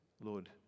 Lord